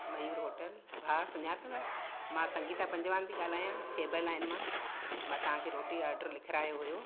Mayur hotel भाउ सुञातो मां संगीता पंजवाणी थी ॻाल्हायां खेबा लाइन मां मां तव्हांखे रोटी ऑडर लिखारायो हुयो